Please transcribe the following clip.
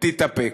תתאפק.